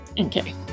okay